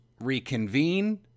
reconvene